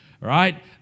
right